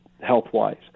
health-wise